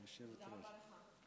תודה רבה לך,